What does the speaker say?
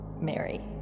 Mary